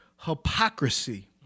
hypocrisy